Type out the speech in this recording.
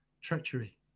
treachery